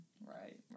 Right